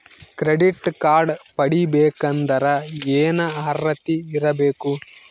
Credit card ಪಡಿಬೇಕಂದರ ಏನ ಅರ್ಹತಿ ಇರಬೇಕು?